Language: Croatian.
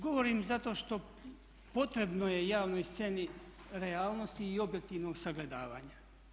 Govorim zato što potrebno je javnoj sceni realnosti i objektivnog sagledavanja.